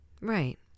Right